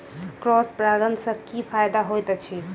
Cross परागण सँ की फायदा हएत अछि?